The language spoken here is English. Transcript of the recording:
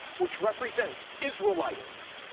which represents israelites,